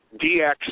DX –